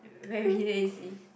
very lazy